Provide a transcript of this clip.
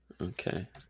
Okay